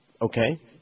Okay